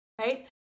Right